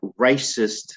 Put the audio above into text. racist